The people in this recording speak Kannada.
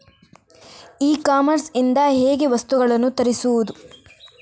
ಇ ಕಾಮರ್ಸ್ ಇಂದ ಹೇಗೆ ವಸ್ತುಗಳನ್ನು ತರಿಸುವುದು?